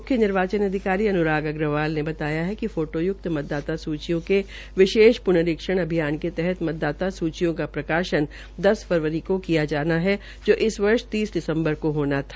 मुख्य निर्वाचन अधिकारी अन्राग अग्रवाल ने बताया कि फोटोय्क्त मतदाता सूचियों के विशेष प्नरीक्षण अभियान के तहत मतदाता सूचियों का प्रकाशन दस फरवरी को किया जाना है जो इस वर्ष तीस दिसम्बर को होना था